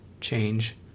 change